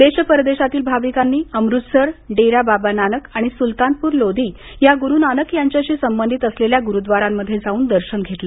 देश परदेशातील भाविकांनी अमृतसर डेरा बाबा नानक आणि सुलतानपूर लोधी या गुरु नानक यांच्याशी संबंधित असलेल्या गुरुद्वारांमध्ये जाऊन दर्शन घेतलं